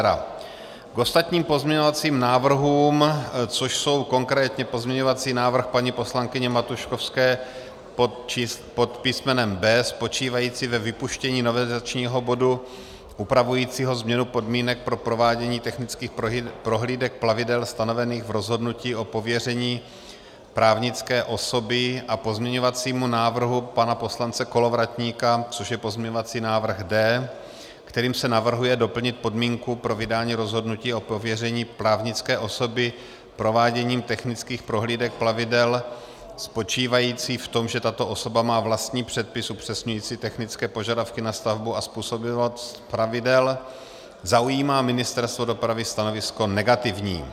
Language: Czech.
K ostatním pozměňovacím návrhům, což je konkrétně pozměňovací návrh paní poslankyně Matušovské pod písmenem B spočívající ve vypuštění novelizačního bodu upravujícího změnu podmínek pro prováděcí technických prohlídek plavidel stanovených v rozhodnutí o pověření právnické osoby, a pozměňovacímu návrhu pana poslance Kolovratníka, což je pozměňovací návrh D, kterým se navrhuje doplnit podmínku pro vydání rozhodnutí o pověření právnické osoby prováděním technických prohlídek plavidel spočívající v tom, že tato osoba má vlastní předpis upřesňující technické požadavky na stavbu a způsobilost pravidel, zaujímá Ministerstvo dopravy stanovisko negativní.